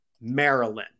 Maryland